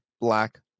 black